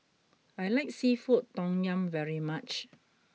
I like Seafood Tom Yum very much